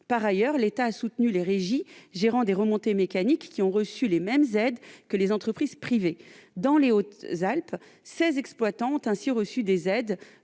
Par ailleurs, l'État a soutenu les régies gérant des remontées mécaniques, lesquelles ont reçu les mêmes aides que les entreprises privées. Dans les Hautes-Alpes, seize exploitants ont ainsi bénéficié d'aides,